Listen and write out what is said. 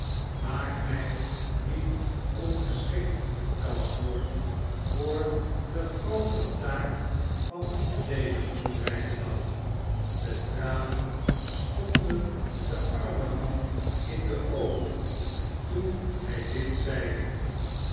maak mij niet ongeschikt gashford voor de groote taak van dezen roemrijken dag de tranen stonden den armen man in de oogen toen hij dit zeide